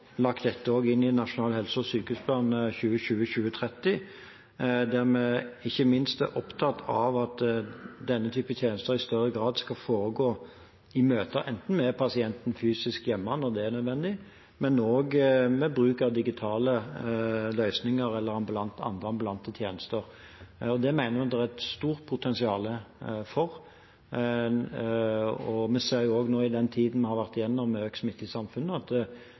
ikke minst opptatt av at denne type tjenester i større grad skal foregå i møte med pasienten, enten fysisk hjemme når det er nødvendig, eller ved bruk av digitale løsninger eller andre ambulante tjenester. Vi mener det er et stort potensial for dette. Vi ser i den tiden vi har vært gjennom, med økt smitte i samfunnet, at